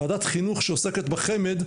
ועדת חינוך שעוסקת בחמ"ד,